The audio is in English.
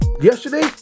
Yesterday